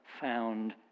found